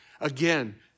Again